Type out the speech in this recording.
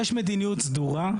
יש מדיניות סדורה.